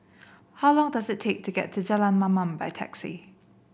how long does it take to get to Jalan Mamam by taxi